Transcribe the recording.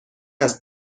است